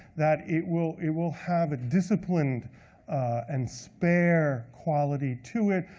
that it will it will have a disciplined and spare quality to it,